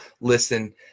listen